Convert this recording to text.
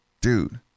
dude